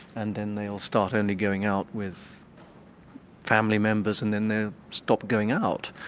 and then they'll start only going out with family members, and then they stop going out.